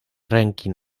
ręki